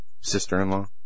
sister-in-law